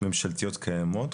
ממשלתיות קיימות.